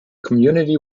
community